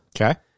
Okay